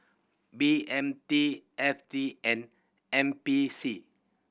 B M T F T and N P C